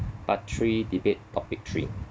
part three debate topic three